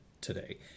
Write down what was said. today